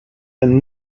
and